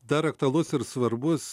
dar aktualus ir svarbus